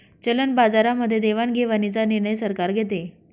चलन बाजारामध्ये देवाणघेवाणीचा निर्णय सरकार घेते